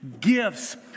gifts